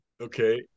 Okay